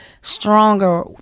stronger